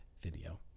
video